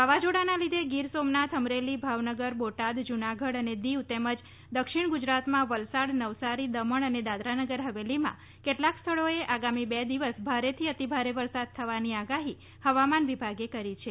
વાવાઝોડાના લીધે ગીર સોમનાથ અમરેલી ભાવનગર બોટાદ જુનાગઢ અને દીવ તેમજ દક્ષિણ ગુજરાતમાં વલસાડ નવસારી દમણ અને દાદરા નગર હવેલીમાં કેટલાક સ્થળોએ આગામી બે દિવસ ભારેથી અતિ ભારે વરસાદ થવાની આગાઠી હવામાન વિભાગે કરી છે